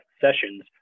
Sessions